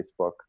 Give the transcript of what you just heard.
facebook